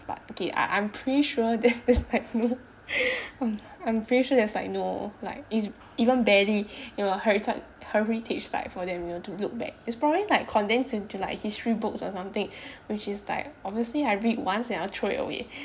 but okay I I'm pretty sure that there's no um I'm pretty sure there's like no like it's even barely you know herit~ heritage site for them you know to look back it's probably like condensed into like history books or something which is like obviously I read once and I'll throw it away